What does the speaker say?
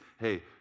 hey